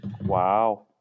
Wow